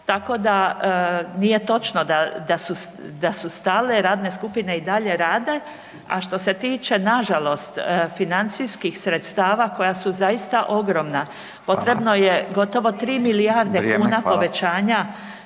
tako da nije točno da su stale, radne skupine i dalje rade. A što se tiče nažalost financijskih sredstava koja su zaista ogromna, potrebno je gotovo 3 milijarde kuna povećanja